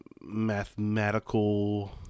mathematical